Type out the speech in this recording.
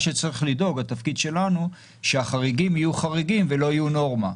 התפקיד שלנו הוא לדאוג שהחריגים יהיו חריגים ולא יהיו נורמה.